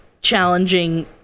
challenging